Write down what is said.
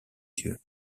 yeux